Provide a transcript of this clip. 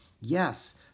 Yes